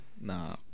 Nah